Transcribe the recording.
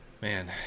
Man